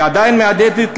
היא עדיין מהדהדת,